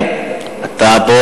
אתה פה,